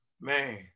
man